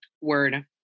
Word